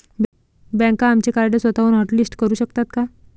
बँका आमचे कार्ड स्वतःहून हॉटलिस्ट करू शकतात का?